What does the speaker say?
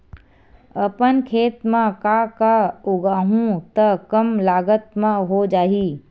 अपन खेत म का का उगांहु त कम लागत म हो जाही?